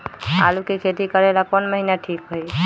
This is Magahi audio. आलू के खेती करेला कौन महीना ठीक होई?